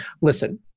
listen